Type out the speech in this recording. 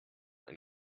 ein